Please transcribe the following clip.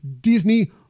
Disney